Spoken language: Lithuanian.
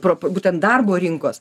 pro būtent darbo rinkos